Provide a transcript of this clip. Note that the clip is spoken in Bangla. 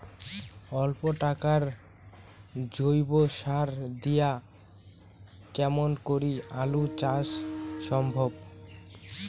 অল্প টাকার জৈব সার দিয়া কেমন করি আলু চাষ সম্ভব?